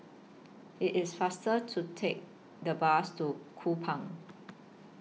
IT IS faster to Take The Bus to Kupang